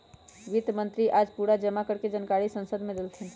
वित्त मंत्री आज पूरा जमा कर के जानकारी संसद मे देलथिन